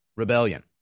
rebellion